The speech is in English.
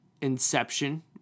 Inception